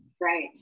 right